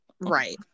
Right